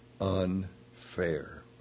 unfair